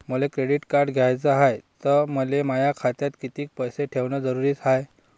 मले credit card घ्याचं हाय, त मले माया खात्यात कितीक पैसे ठेवणं जरुरीच हाय?